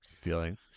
feeling